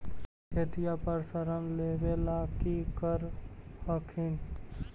खेतिया पर ऋण लेबे ला की कर हखिन?